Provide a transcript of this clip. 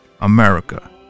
America